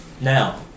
Now